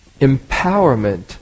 empowerment